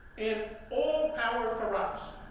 and all power corrupts.